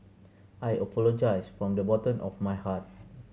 I apologize from the bottom of my heart